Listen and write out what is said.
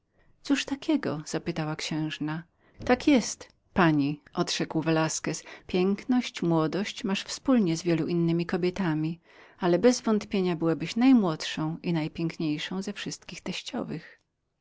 cóż takiego zapytała księżna tak jest pani odrzekł velasquez twoją piękność twoją młodość masz wspólnie z wielą innemi kobietami ale bez zaprzeczenia byłabyś najmłodszą i najpiękniejszą ze wszystkich